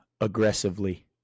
aggressively